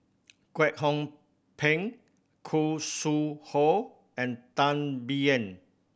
Kwek Hong Png Khoo Sui Hoe and Tan Biyun